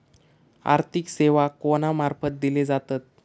आर्थिक सेवा कोणा मार्फत दिले जातत?